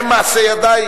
הם מעשה ידי,